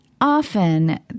often